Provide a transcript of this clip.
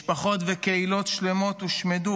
משפחות וקהילות שלמות הושמדו,